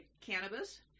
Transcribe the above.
cannabis